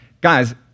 guys